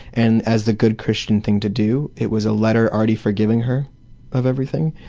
and as the good christian thing to do, it was a letter already forgiving her of everything,